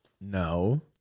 no